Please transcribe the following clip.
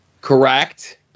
Correct